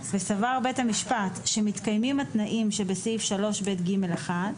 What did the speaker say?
וסבר בית המשפט שמתקיימים התנאים שבסעיף 3ב(ג)(1),